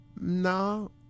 no